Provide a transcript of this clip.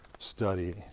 study